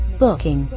booking